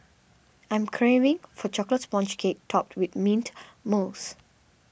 I am craving for a Chocolate Sponge Cake Topped with Mint Mousse